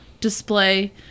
display